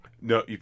No